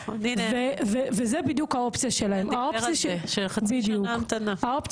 הוא דיבר על זה שחצי שנה המתנה.